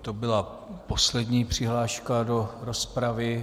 To byla poslední přihláška do rozpravy.